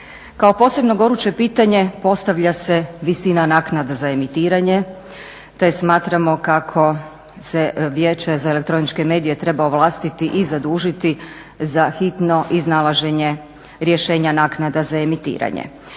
Kao posebno goruće pitanje postavlja se visina naknada za emitiranje, te smatramo kako se Vijeće za elektroničke medije treba ovlastiti i zadužiti za hitno iznalaženje rješenja naknada za emitiranje.